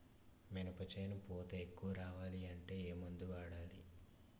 మినప చేను పూత ఎక్కువ రావాలి అంటే ఏమందు వాడాలి?